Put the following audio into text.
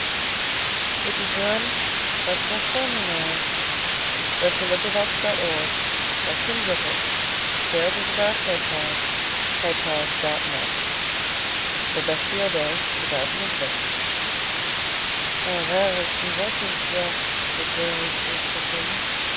un rare écrivain comme toi devrait enrichir sa famille